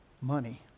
money